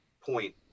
point